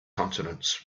continents